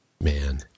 Man